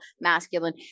masculine